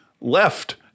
left